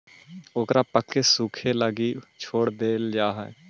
ओकरा पकके सूखे लगी छोड़ देल जा हइ